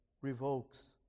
revokes